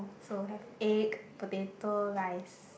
so have egg potato rice